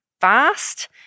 fast